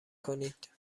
کنید